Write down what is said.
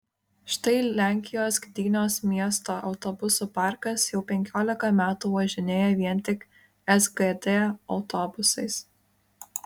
štai lenkijos gdynios miesto autobusų parkas jau penkiolika metų važinėja vien tik sgd autobusais